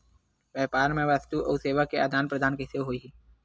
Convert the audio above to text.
व्यापार मा वस्तुओ अउ सेवा के आदान प्रदान कइसे होही?